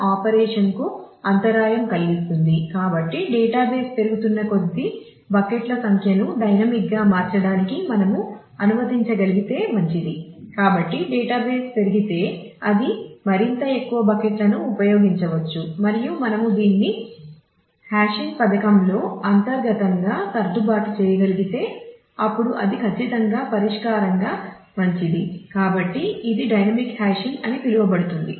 static hashing అని పిలువబడుతుంది